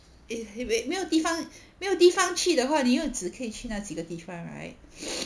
if 没有地方没有地方去的话你又只可以去那几个地方的 right